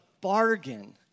bargain